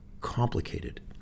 complicated